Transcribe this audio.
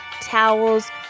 towels